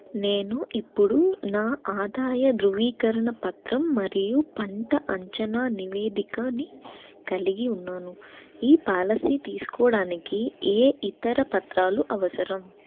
నేను ఇప్పుడు నా ఆదాయ ధృవీకరణ పత్రం మరియు పంట అంచనా నివేదికని కలిగి ఉన్నాను ఈ పాలసీ తీసుకోవడానికి ఏ ఇతర పత్రాలు అవసరం